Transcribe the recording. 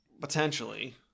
Potentially